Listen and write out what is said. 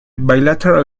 bilateral